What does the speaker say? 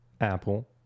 Apple